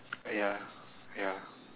ya ya